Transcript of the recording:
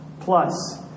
plus